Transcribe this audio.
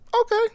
okay